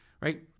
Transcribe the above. right